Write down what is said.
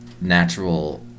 natural